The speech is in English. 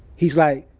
he's like,